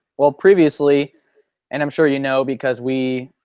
well previously and i'm sure you know because we.